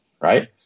Right